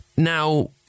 Now